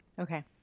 Okay